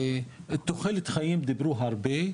על תוחלת חיים דיברו הרבה,